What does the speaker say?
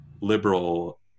liberal